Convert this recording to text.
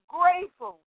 grateful